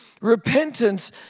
Repentance